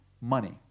money